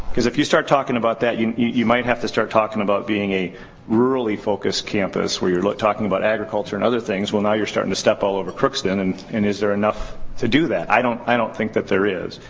cause, if you start about that, you know you might have to start talking about being a rurally focused campus where you're like talking about agriculture and other things. well, now you're starting to step all over crookston. and and is there enough to do that? i don't i don't think that there is.